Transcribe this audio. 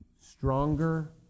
stronger